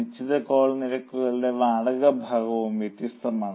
നിശ്ചിത കോൾ നിരക്കുകളുടെ വാടക ഭാഗവും വ്യത്യസ്തമാണ്